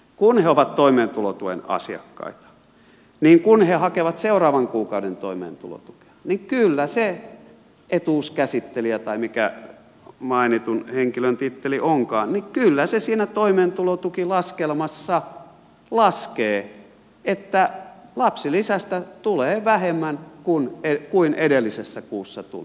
kun he ovat toimeentulotuen asiakkaita niin kun he hakevat seuraavan kuukauden toimeentulotukea niin kyllä se etuuskäsittelijä tai mikä mainitun henkilön titteli onkaan siinä toimeentulotukilaskelmassa laskee että lapsilisästä tulee vähemmän kuin edellisessä kuussa tuli